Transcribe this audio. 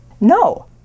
No